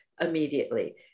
immediately